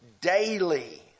daily